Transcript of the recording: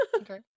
Okay